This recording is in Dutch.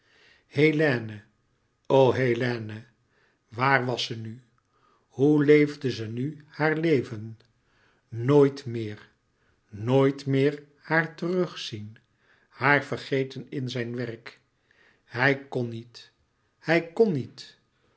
hélène o hélène waar was ze nu hoe leefde ze nu haar leven nooit meer nooit meer haar terugzien haar vergeten in zijn werk hij kon niet hij kon niet